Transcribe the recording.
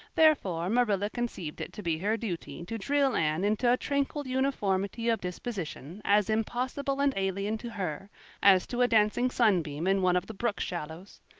therefore marilla conceived it to be her duty to drill anne into a tranquil uniformity of disposition as impossible and alien to her as to a dancing sunbeam in one of the brook shallows.